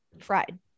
Fried